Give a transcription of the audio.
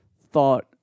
thought